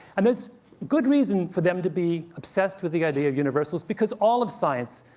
and it's good reason for them to be obsessed with the idea of universals, because all of science,